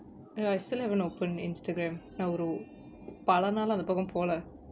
you know I still haven't open instagram பல நாள் அந்த பக்கம் போல:pala naal antha pakkam pola